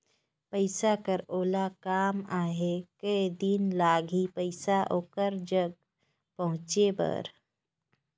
पइसा कर ओला काम आहे कये दिन लगही पइसा ओकर जग पहुंचे बर?